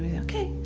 yeah okay,